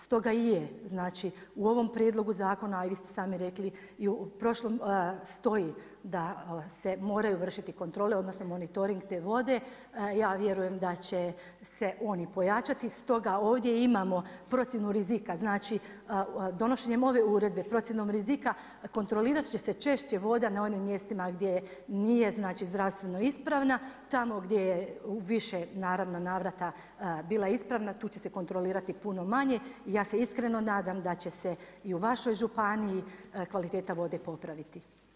Stoga i je, znači u ovom prijedlogu zakona, i vi ste sami rekli, u prošlom stoji se moraju vršiti kontrole odnosno monitoring te vode, ja vjerujem da će se oni pojačati, stoga ovdje imamo procjenu rizika znači donošenjem ove uredbe procjenom rizika, kontrolirat će se češće voda na onim mjestima gdje nije zdravstveno ispravna, tamo gdje je u više naravno, navrata bila ispravna, tu će se kontrolirati puno manje, ja se iskreno nadam da će se i u vašoj županiji kvaliteta vode popraviti.